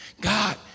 God